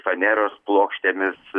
faneros plokštėmis